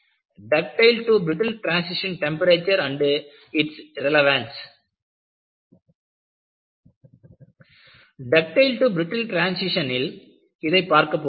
ductile to brittle transition temperature and its relevance Refer Slide Time 3807 ductile to brittle டிரான்சிஷனில் இதைப் பார்க்கப் போகிறோம்